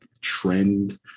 trend